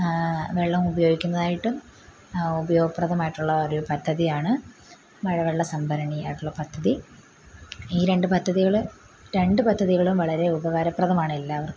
വെള്ളം ഉപയോഗിക്കുന്നതായിട്ടും ഉപയോഗപ്രദമായിട്ടുള്ള ഒരു പദ്ധതിയാണ് മഴ വെള്ളം സംഭരണി ആയിട്ടുള്ള പദ്ധതി ഈ രണ്ട് പദ്ധതികൾ രണ്ട് പദ്ധതികളും വളരെ ഉപകാരപ്രദമാണ് എല്ലാവർക്കും